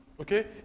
Okay